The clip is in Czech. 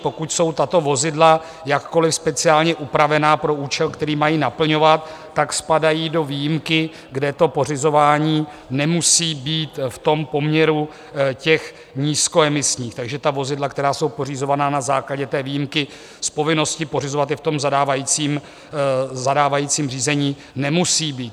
Pokud jsou tato vozidla jakkoliv speciálně upravena pro účel, který mají naplňovat, spadají do výjimky, kde pořizování nemusí být v poměru těch nízkoemisních, takže vozidla, která jsou pořizována na základě výjimky z povinnosti pořizovat je, v zadávajícím řízení nemusí být.